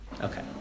Okay